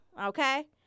okay